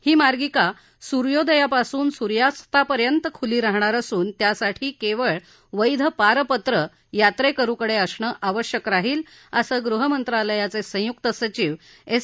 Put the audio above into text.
ही मार्गिका सूर्योदयापासून सूर्यास्तापर्यंत खुली राहणार असून त्यासाठी केवळ वैध पारपत्र यात्रेकरुकडे असणं आवश्यक राहील असं गृहमंत्रालयाचे संयुक्त सचिव एस